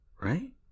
Right